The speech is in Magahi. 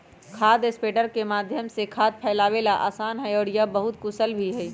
खाद स्प्रेडर के माध्यम से खाद फैलावे ला आसान हई और यह बहुत कुशल भी हई